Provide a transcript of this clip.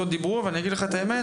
האוצר לא דיברו, ואני אגיד לך את האמת